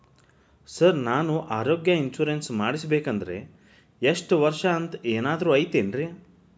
Sir ನಾನು ಆರೋಗ್ಯ insurance ಮಾಡಿಸ್ಬೇಕಂದ್ರೆ ಇಷ್ಟ ವರ್ಷ ಅಂಥ ಏನಾದ್ರು ಐತೇನ್ರೇ?